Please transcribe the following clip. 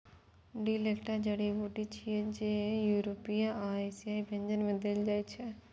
dill एकटा जड़ी बूटी छियै, जे यूरोपीय आ एशियाई व्यंजन मे देल जाइ छै